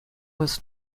was